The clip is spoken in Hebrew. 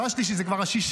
לא השלישי, זה כבר השישי.